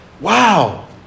wow